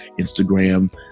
Instagram